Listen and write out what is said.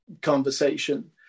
conversation